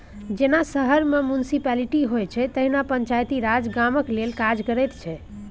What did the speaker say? जेना शहर मे म्युनिसप्लिटी होइ छै तहिना पंचायती राज गामक लेल काज करैत छै